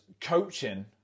coaching